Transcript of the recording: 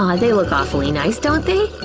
um they look awfully nice, don't they?